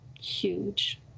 huge